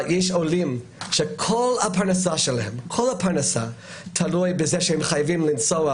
יש עולים שכל הפרנסה שלהם תלויה בזה שהם חייבים לנסוע.